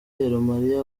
malia